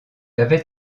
avait